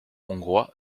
hongrois